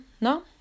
No